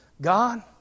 God